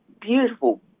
beautiful